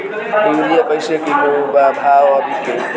Urea कइसे kilo बा भाव अभी के?